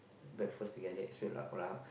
breakfast together